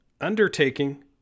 undertaking